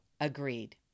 agreed